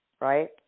right